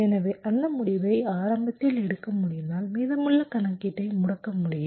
எனவே அந்த முடிவை நான் ஆரம்பத்தில் எடுக்க முடிந்தால் மீதமுள்ள கணக்கீட்டை முடக்க முடியும்